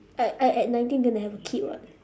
I I at nineteen going to have a kid [what]